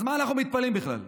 אז מה אנחנו מתפלאים בכלל?